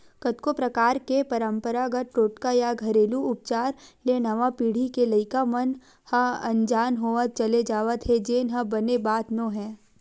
कतको परकार के पंरपरागत टोटका या घेरलू उपचार ले नवा पीढ़ी के लइका मन ह अनजान होवत चले जावत हे जेन ह बने बात नोहय